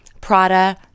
Prada